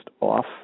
off